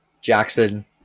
Jackson